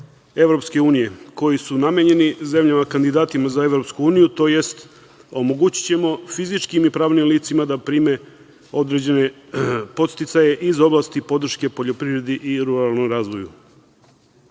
Evropske unije, koji su namenjeni zemljama kandidatima za Evropsku uniju, tj. omogućićemo fizičkim i pravnim licima da prime određene podsticaje iz oblasti podrške poljoprivredi i ruralnom razvoju. Takođe,